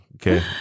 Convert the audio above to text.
okay